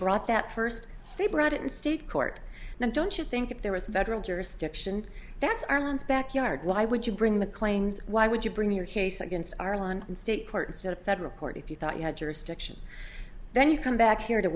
brought that first they brought it in state court now don't you think if there was a federal jurisdiction that's arlen's backyard why would you bring the claims why would you bring your case against our land in state court instead of federal court if you thought you had jurisdiction then you come back here to